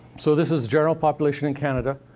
so this is general population in canada.